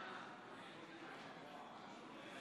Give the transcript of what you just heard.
12: